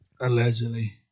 Allegedly